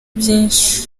byinshi